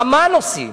בכמה נושאים.